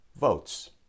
votes